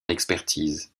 expertise